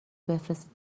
بفرستین